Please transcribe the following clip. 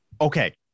okay